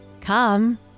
Come